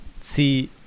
see